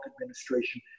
administration